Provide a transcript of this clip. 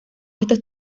estos